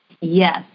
Yes